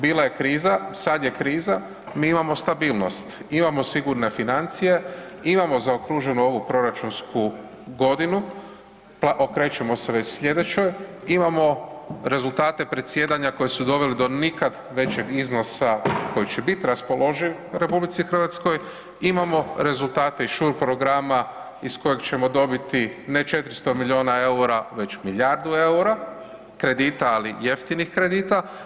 Bila je kriza, sada je kriza, mi imamo stabilnost, imamo sigurne financije, imamo zaokruženu ovu proračunsku godinu, okrećemo se već sljedećoj, imamo rezultate predsjedanja koji su doveli do nikad većeg iznosa koji će bit raspoloživ RH, imamo rezultate iz SURE programa iz kojeg ćemo dobiti ne 400 milijuna eura već milijardu eura kredita, ali jeftinih kredita.